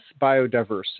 biodiversity